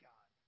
God